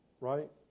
right